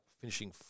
finishing